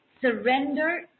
surrender